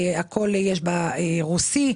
הרוסי.